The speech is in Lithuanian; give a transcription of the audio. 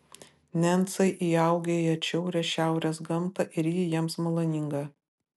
nencai įaugę į atšiaurią šiaurės gamtą ir ji jiems maloninga